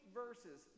verses